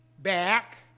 back